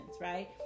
right